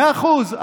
מאה אחוז.